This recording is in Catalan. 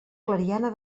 clariana